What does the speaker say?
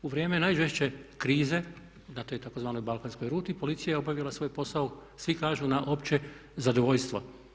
U vrijeme najžešće krize na toj tzv. balkanskoj ruti policija je obavila svoj posao svi kažu na opće zadovoljstvo.